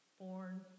born